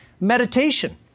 Meditation